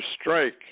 strike